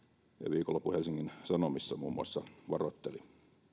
viikonlopun helsingin sanomissa muun muassa varoitteli